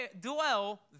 dwell